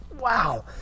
wow